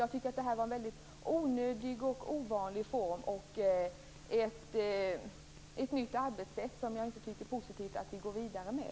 Jag tycker att det här är en onödig och ovanlig form och ett nytt arbetssätt som jag inte tycker att det är positivt att vi går vidare med.